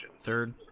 Third